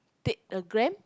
take a gram